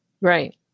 right